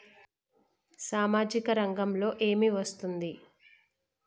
సామాజిక రంగంలో ఏమి వస్తుంది?